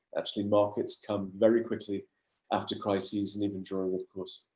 actually, markets come very quickly after crises and even during, of course,